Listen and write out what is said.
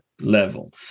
level